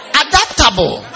adaptable